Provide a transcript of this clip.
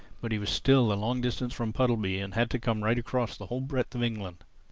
but he was still a long distance from puddleby and had to come right across the whole breadth of england.